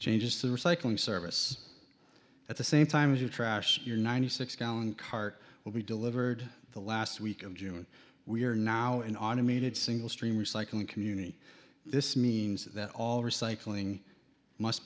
changes the recycling service at the same time as you trash your ninety six gallon cart will be delivered the last week of june we are now an automated single stream recycling community this means that all recycling must